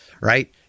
right